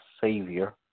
Savior